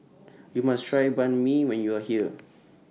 YOU must Try Banh MI when YOU Are here